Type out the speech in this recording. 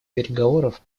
переговоров